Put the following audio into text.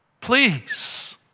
Please